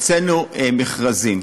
הוצאנו מכרזים,